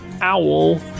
owl